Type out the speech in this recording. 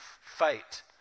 fight